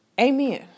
Amen